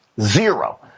Zero